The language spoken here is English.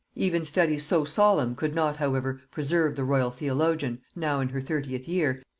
even studies so solemn could not however preserve the royal theologian, now in her thirtieth year,